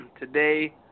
today